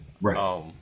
right